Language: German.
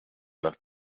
nach